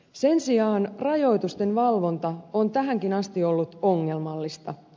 sen sijaan rajoitusten valvonta on tähänkin asti ollut ongelmallista